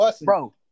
Bro